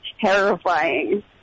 terrifying